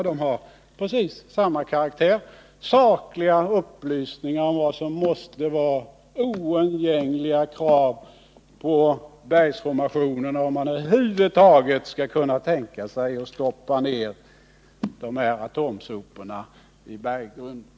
De är av precis samma karaktär: sakliga upplysningar om oundgängliga krav på bergsformationen för att man över huvud taget skall kunna tänka sig att stoppa ned atomsoporna i berggrunden.